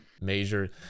Major